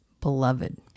beloved